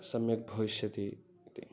सम्यक् भविष्यति इति